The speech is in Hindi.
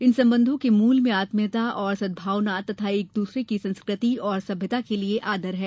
इन संबंधों के मूल में आत्मीयता और सद्भावना तथा एक दूसरे की संस् कृ ति और सभ्यता के लिए आदर है